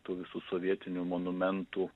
tų visų sovietinių monumentų